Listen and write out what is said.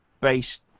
based